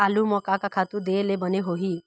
आलू म का का खातू दे ले बने होही?